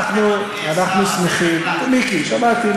אנחנו שמחים, מיקי, שמעתי.